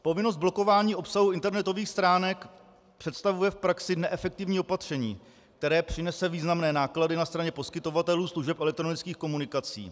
Povinnost blokování obsahu internetových stránek představuje v praxi neefektivní opatření, které přinese významné náklady na straně poskytovatelů služeb elektronických komunikací.